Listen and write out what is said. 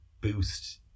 boost